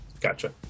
Gotcha